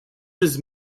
his